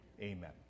Amen